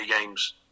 games